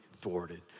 thwarted